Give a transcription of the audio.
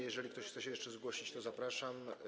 Jeżeli ktoś chce się jeszcze zgłosić, to zapraszam.